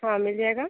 हाँ मिल जाएगा